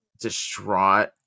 distraught